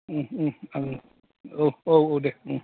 उम उम औ औ औ दे उम